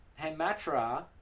hematra